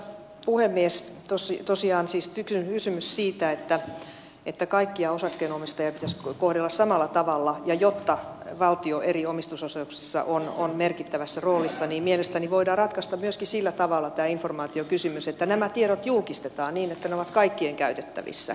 tosiaan on siis kysymys siitä että kaikkia osakkeenomistajia pitäisi kohdella samalla tavalla ja jotta valtio eri omistusosuuksissa on merkittävässä roolissa niin mielestäni voidaan ratkaista myöskin sillä tavalla tämä informaatiokysymys että nämä tiedot julkistetaan niin että ne ovat kaikkien käytettävissä